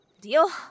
deal